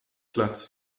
platz